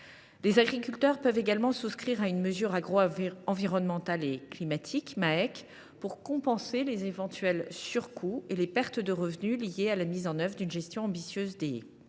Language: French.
les agriculteurs peuvent également souscrire une mesure agroenvironnementale et climatique (Maec) pour compenser les éventuels surcoûts et les pertes de revenus liés à la mise en œuvre d’une gestion ambitieuse des haies.